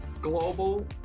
Global